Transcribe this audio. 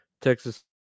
Texas